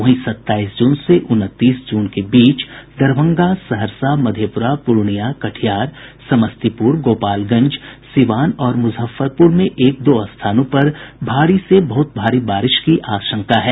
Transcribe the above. वहीं सत्ताईस जून से उनतीस जून के बीच दरभंगा सहरसा मधेप्रा पूर्णियां कटिहार समस्तीप्र गोपालगंज सीवान और मुजफ्फरपुर में एक दो स्थानों पर भारी से बहुत भारी बारिश की आशंका है